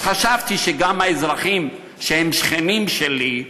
אז חשבתי שגם האזרחים שהם שכנים שלי,